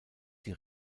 die